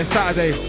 Saturday